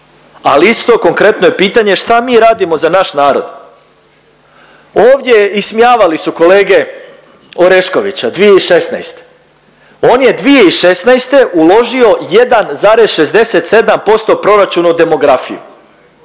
ali isto konkretno je pitanje šta mi radimo za naš narod. Ovdje ismijavali su kolege Oreškovića 2016., on je 2016. uložio 1,67% proračuna u demografiju,